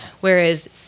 whereas